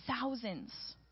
thousands